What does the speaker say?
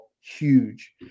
huge